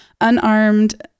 unarmed